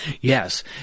yes